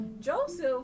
Joseph